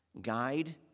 Guide